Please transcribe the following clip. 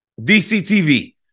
DCTV